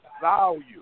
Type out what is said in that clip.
value